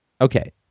okay